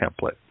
template